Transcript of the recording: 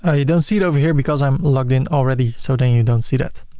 ah you don't see it over here because i'm logged in already so then you don't see that.